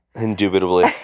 Indubitably